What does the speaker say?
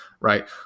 right